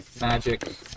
magic